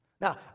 Now